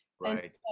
right